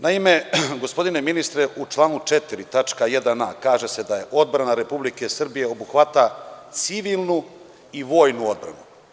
Naime, gospodine ministre u članu 4. tačka 1a kaže se – da odbrana Republike Srbije obuhvata civilnu i vojnu odbranu.